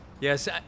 Yes